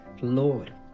Lord